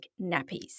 nappies